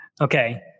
Okay